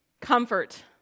Comfort